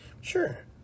Sure